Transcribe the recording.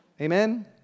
Amen